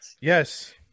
Yes